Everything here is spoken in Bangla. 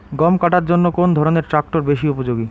গম কাটার জন্য কোন ধরণের ট্রাক্টর বেশি উপযোগী?